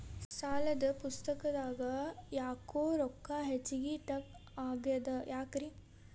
ಸಾಲದ ಪುಸ್ತಕದಾಗ ಯಾಕೊ ರೊಕ್ಕ ಹೆಚ್ಚಿಗಿ ಕಟ್ ಆಗೆದ ಯಾಕ್ರಿ?